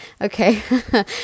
okay